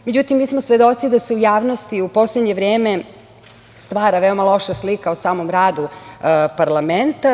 Međutim, mi smo svedoci da se u javnosti u poslednje vreme stvara veoma loša slika o samom radu parlamenta.